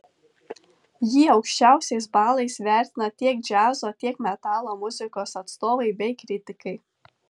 jį aukščiausiais balais vertina tiek džiazo tiek metalo muzikos atstovai bei kritikai